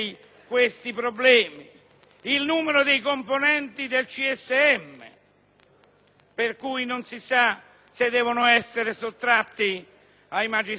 CSM, che non si sa se essi devono essere sottratti ai magistrati, se devono essere indicati dalla politica oppure dal Capo dello Stato;